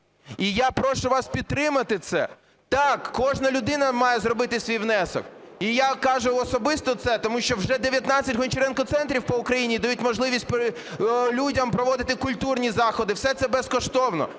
І я прошу вас підтримати це. Так, кожна людина має зробити свій внесок. І я кажу особисто це, тому що вже 19 "Гончаренко центрів" по Україні дають можливість людям проводити культурні заходи. Все це безкоштовно.